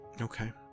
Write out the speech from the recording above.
Okay